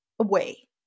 away